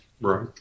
Right